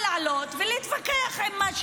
מה?